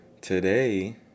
today